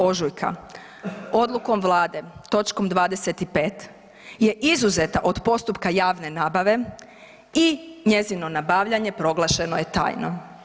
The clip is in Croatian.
Ožujka odlukom Vlade točkom 25. je izuzeta od postupka javne nabave i njezino nabavljanje proglašeno je tajno.